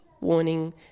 warning